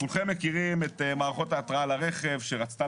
כולכם מכירים את מערכות ההתראה לרכב שרצתה